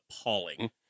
appalling